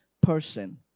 person